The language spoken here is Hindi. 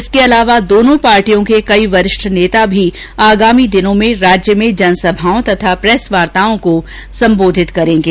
इसके अलावा दोनों पार्टियों के कई वरिष्ठ नेता भी आगामी दिनों में राज्य में जनसभाएं तथा प्रेस वार्ताओं को संबोधित करेंगे